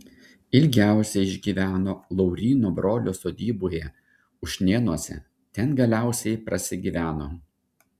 ilgiausiai išgyveno lauryno brolio sodyboje ušnėnuose ten galiausiai prasigyveno